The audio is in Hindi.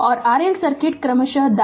और RL सर्किट क्रमशः दाएं